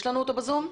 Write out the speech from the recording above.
יש לנו אותו ב-זום?